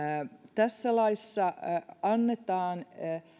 tässä laissa annetaan